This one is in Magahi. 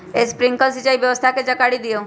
स्प्रिंकलर सिंचाई व्यवस्था के जाकारी दिऔ?